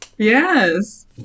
Yes